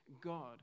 God